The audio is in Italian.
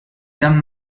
san